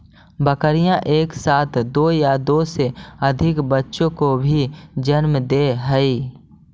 बकरियाँ एक साथ दो या दो से अधिक बच्चों को भी जन्म दे हई